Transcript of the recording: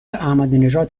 احمدینژاد